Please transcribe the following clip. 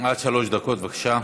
עד שלוש דקות, בבקשה.